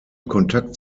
kontakt